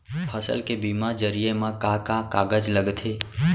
फसल के बीमा जरिए मा का का कागज लगथे?